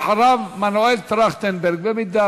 אחריו, מנואל טרכטנברג.